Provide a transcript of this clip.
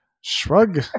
Shrug